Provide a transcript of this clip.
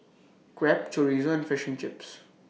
Crepe Chorizo and Fish and Chips